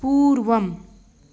पूर्वम्